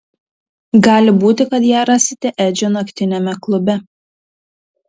gali būti kad ją rasite edžio naktiniame klube